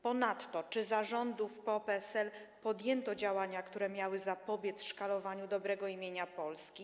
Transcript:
Ponadto czy za rządów PO-PSL podjęto działania, które miały zapobiec szkalowaniu dobrego imienia Polski?